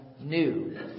new